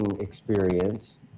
experience